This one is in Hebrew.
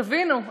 תבינו,